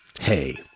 hey